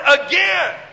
again